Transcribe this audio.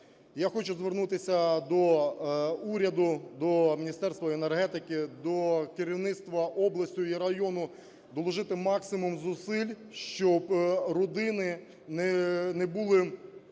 Я хочу звернутися до уряду, до Міністерства енергетики, до керівництва області і району: доложити максимум зусиль, щоб родини не були